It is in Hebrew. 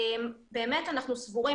באמת אנחנו סבורים,